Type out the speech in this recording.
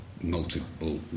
multiple